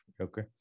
okay